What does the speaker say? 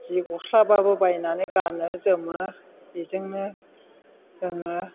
जि गस्लाबाबो बायनानै गानो जोमो बेजोंनो जोङो